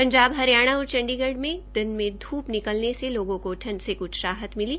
पंजाब हरियाणा और चंडीगढ़ में दिन में धूप निकलने से लोगों को ठंड से क्छ राहत मिली